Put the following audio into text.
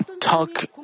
talk